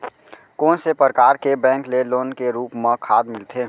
कोन से परकार के बैंक ले लोन के रूप मा खाद मिलथे?